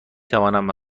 توانم